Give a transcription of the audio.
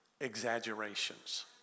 exaggerations